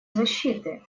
защиты